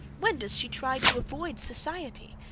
when does she try to avoid society,